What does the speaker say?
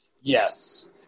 Yes